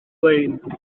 lein